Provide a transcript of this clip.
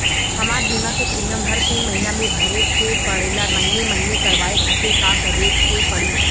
हमार बीमा के प्रीमियम हर तीन महिना में भरे के पड़ेला महीने महीने करवाए खातिर का करे के पड़ी?